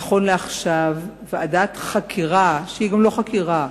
נכון לעכשיו, ועדת חקירה, שהיא גם לא חקירה,